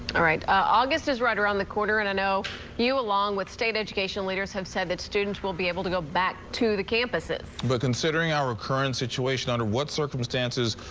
alright august is right around the corner and i know you along with state education leaders have said that students will be able to go back to the campuses but considering our current situation under what current